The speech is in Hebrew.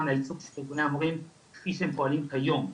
מהייצוג של ארגוני המורים כפי שהם פועלים כיום.